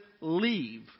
Leave